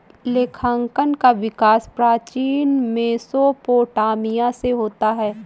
लेखांकन का विकास प्राचीन मेसोपोटामिया से होता है